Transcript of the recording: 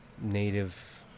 native